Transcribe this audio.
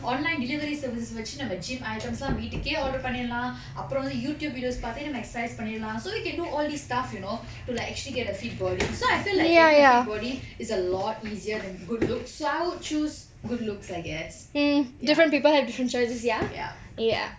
online delivery services வச்சு நம்ம: gym items lah வீட்டுக்கே:veettukke order பண்ணிரலாம் அப்புறம் வந்து:panniralam appuram vanthu youtube videos பார்த்தே நம்ம:parthe namma exercise பண்ணிரலாம்:panniralam so you can do all these stuff you know to like actually get a fit body so I feel like getting a fit body is a lot easier than good looks so I would choose good looks I guess ya ya